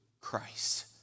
Christ